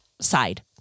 side